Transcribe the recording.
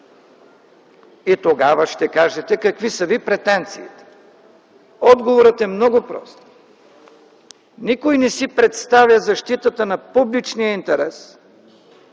Тогава ще кажете: какви са Ви претенциите? Отговорът е много прост – никой не си представя защитата на публичния интерес